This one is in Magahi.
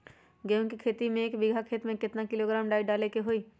गेहूं के खेती में एक बीघा खेत में केतना किलोग्राम डाई डाले के होई?